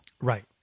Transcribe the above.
Right